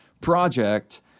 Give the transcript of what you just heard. project